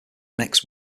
next